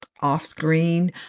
off-screen